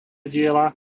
diela